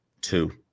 two